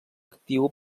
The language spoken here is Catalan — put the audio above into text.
actiu